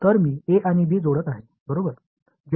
तर मी a आणि b जोडत आहे बरोबर